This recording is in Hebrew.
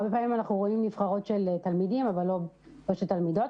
הרבה פעמים אנחנו רואים נבחרות של תלמידים אבל לא של תלמידות.